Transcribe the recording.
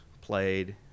played